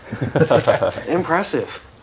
Impressive